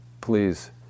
please